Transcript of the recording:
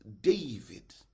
David